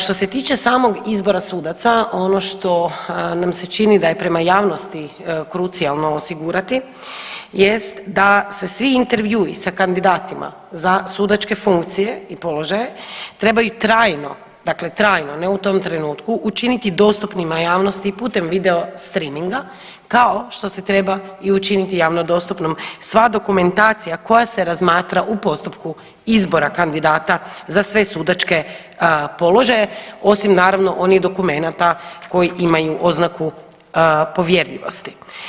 Što se tiče samog izbora sudaca ono što nam se čini da je prema javnosti krucijalno osigurati jest da se svi intervjui sa kandidatima za sudačke funkcije i položaje trebaju trajno, dakle trajno, ne u tom trenutku, učiniti dostupnima javnosti putem video streaminga kao što se treba i učiniti javno dostupnom sva dokumentacija koja se razmatra u postupku izbora kandidata za sve sudačke položaje osim naravno onih dokumenata koji imaju oznaku povjerljivosti.